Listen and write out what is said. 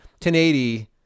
1080